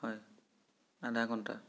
হয় আধা ঘণ্টা